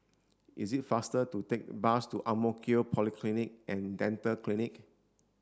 it is faster to take the bus to Ang Mo Kio Polyclinic and Dental Clinic